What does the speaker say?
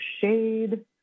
shade